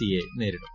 C യെ നേരിടും